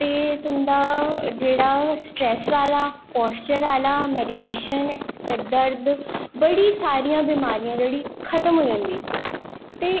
ते तुंदा जेह्ड़ा स्ट्रैस आह्ला पोआस्चर आह्ला मैडिटेशन सर दर्द बड़ी सारी बमारियां जेह्ड़ी खत्म होई जंदियां ते